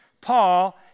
Paul